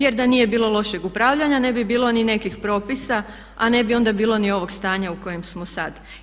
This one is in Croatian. Jer da nije bilo lošeg upravljanja ne bi bilo ni nekih propisa a ne bi onda bilo ni ovog stanja u kojem smo sada.